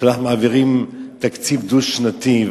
שאנחנו מעבירים תקציב דו-שנתי.